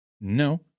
No